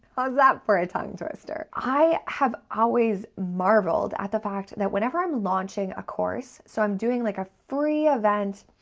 how's that for a tongue twister? i have always marveled at the fact that whenever i'm launching a course, so i'm doing like a free event,